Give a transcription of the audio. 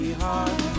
heart